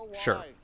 sure